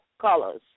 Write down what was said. colors